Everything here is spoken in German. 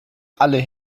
alle